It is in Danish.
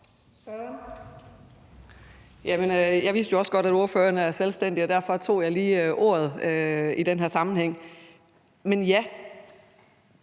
Jeg ved jo også godt, at ordføreren er selvstændig, og derfor tog jeg lige ordet i den her sammenhæng. Men ja,